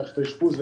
מערכת האשפוז,